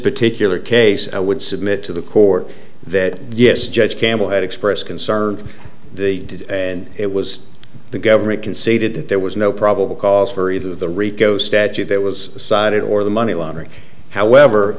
particular case i would submit to the court that yes judge campbell had expressed concern the did and it was the government conceded that there was no probable cause for either the rico statute that was cited or the money laundering however